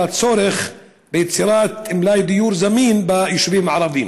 הצורך ביצירת מלאי דיור זמין ביישובים הערביים.